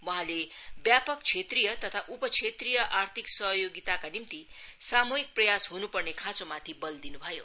वहाँले व्यापक क्षेत्रिय तथा उप क्षेत्रिय आर्थिक सहयोगिताका निम्ति सामुहिक प्रयास हुनुपर्ने खाँचोमाथि बल दिन् भयो